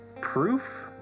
proof